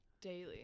Daily